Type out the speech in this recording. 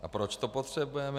A proč to potřebujeme?